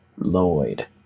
Lloyd